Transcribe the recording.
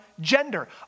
gender